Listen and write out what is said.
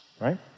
right